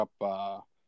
up